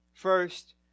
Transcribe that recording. First